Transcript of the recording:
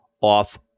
off